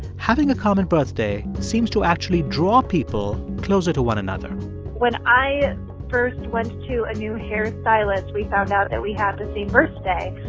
having a common birthday seems to actually draw people closer to one another when i first went to a new hairstylist, we found out that we have the same birthday,